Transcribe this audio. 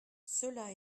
cela